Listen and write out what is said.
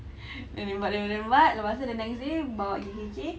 then rembat rembat rembat lepas tu dia nangis nangis nangis bawa pergi K_K